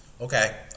Okay